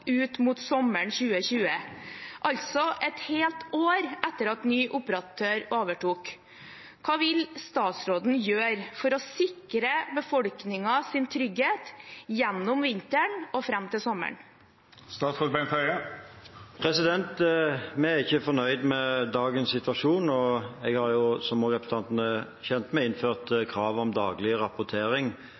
ut mot sommeren 2020, altså et helt år etter at ny operatør overtok. Hva vil statsråden gjøre for å sikre befolkningens trygghet gjennom vinteren og fram til sommeren? Vi er ikke fornøyd med dagens situasjon. Som representanten er kjent med, har jeg innført krav om daglig rapportering